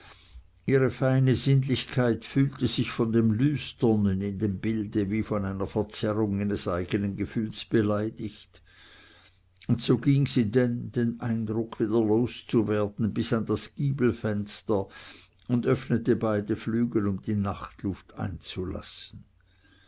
ihre feine sinnlichkeit fühlte sich von dem lüsternen in dem bilde wie von einer verzerrung ihres eigenen gefühls beleidigt und so ging sie denn den eindruck wieder loszuwerden bis an das giebelfenster und öffnete beide flügel um die nachtluft einzulassen